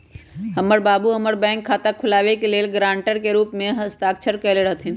हमर बाबू हमर बैंक खता खुलाबे के लेल गरांटर के रूप में हस्ताक्षर कयले रहथिन